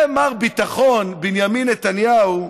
זה מר ביטחון, בנימין נתניהו,